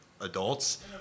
adults